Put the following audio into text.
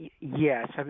Yes